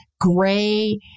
gray